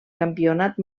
campionat